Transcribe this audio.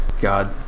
God